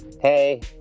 hey